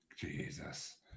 jesus